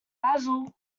basil